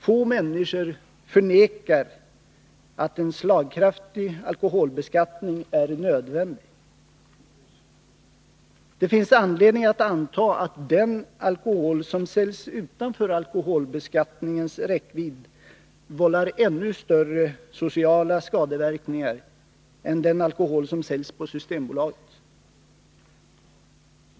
Få människor förnekar att en slagkraftig alkoholbeskattning är nödvändig. Det finns anledning att anta att den alkohol som säljs utanför alkoholbeskatt ningens räckvidd vållar ännu större sociala skadeverkningar än den alkohol som säljs på Systembolaget.